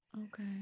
Okay